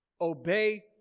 Obey